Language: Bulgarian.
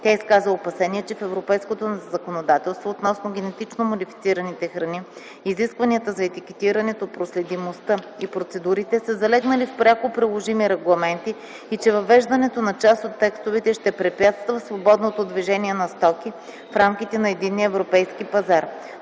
Тя изказа опасения, че в европейското законодателство, относно генетично модифицираните храни, изискванията за етикетирането, проследимостта и процедурите са залегнали в пряко приложими регламенти и въвеждането на част от текстовете ще препятства свободното движение на стоки в рамките на единния европейски пазар.